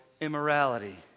immorality